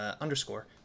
underscore